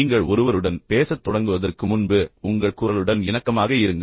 நீங்கள் ஒருவருடன் பேசத் தொடங்குவதற்கு முன்பு உங்கள் குரலுடன் இணக்கமாக இருங்கள்